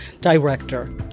director